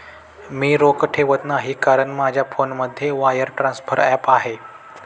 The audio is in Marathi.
मी रोख ठेवत नाही कारण माझ्या फोनमध्ये वायर ट्रान्सफर ॲप आहे